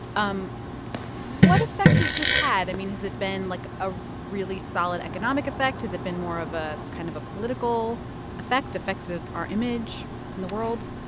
um what effect this had? i mean, has it been, like, a really solid economic effect. has it been more of a kind of a political effect affected our image in the world?